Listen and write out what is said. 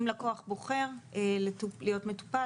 אם לקוח בוחר להיות מטופל,